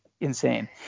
insane